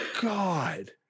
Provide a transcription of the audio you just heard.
God